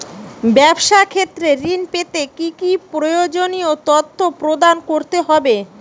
ব্যাবসা ক্ষেত্রে ঋণ পেতে কি কি প্রয়োজনীয় তথ্য প্রদান করতে হবে?